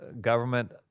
government